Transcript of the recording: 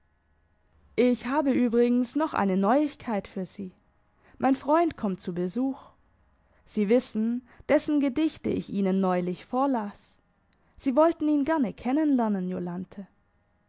ich habe übrigens noch eine neuigkeit für sie mein freund kommt zu besuch sie wissen dessen gedichte ich ihnen neulich vorlas sie wollten ihn gerne